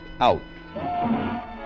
out